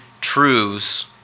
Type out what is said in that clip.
truths